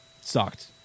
sucked